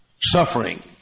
suffering